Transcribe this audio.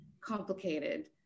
complicated